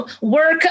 work